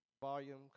volume